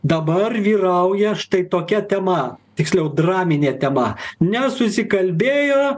dabar vyrauja štai tokia tema tiksliau draminė tema nesusikalbėjo